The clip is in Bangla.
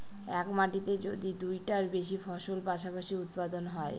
এক মাটিতে যদি দুইটার বেশি ফসল পাশাপাশি উৎপাদন হয়